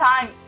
time